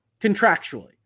Contractually